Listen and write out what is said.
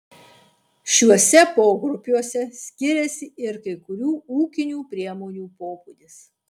šiuose pogrupiuose skiriasi ir kai kurių ūkinių priemonių pobūdis